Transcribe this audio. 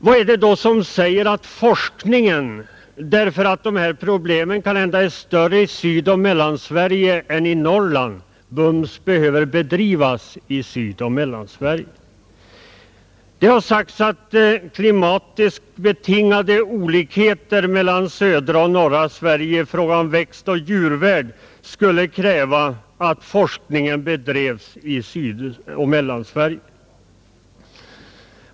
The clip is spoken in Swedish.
Vad är det då som säger att forskningen om den frågan, därför att de här problemen kanhända är större i Sydoch Mellansverige än i Norrland, prompt behöver bedrivas i Sydoch Mellansverige? Det har sagts att klimatiskt betingade olikheter mellan södra och norra Sverige i fråga om växtoch djurvärld skulle kräva att forskningen bedrevs i Sydoch Mellansverige.